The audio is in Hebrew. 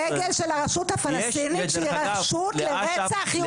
דגל של הרשות הפלסטינית, שהיא רשות לרצח יהודים.